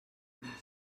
consell